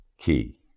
key